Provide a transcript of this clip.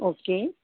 okay